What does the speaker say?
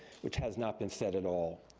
which has not been said at all.